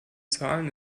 zahlen